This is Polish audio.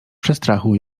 przestrachu